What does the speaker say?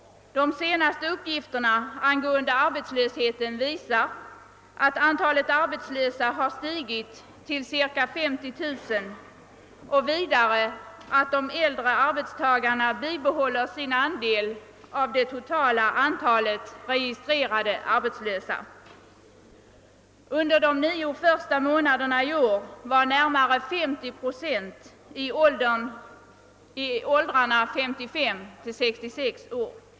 De senaste uppgifterna angående arbetslösheten visar att antalet arbetslösa har stigit till cirka 50 000 och att de äldre arbetstagarna bibehåller sin andel av det totala antalet registrerade arbetslösa. Under de nio första månaderna i år var närmare 50 procent av de arbetslösa i åldrarna 55—566 år.